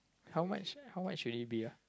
how much how much would it be ah